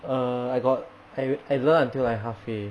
err I got I I learn until like halfway